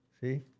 See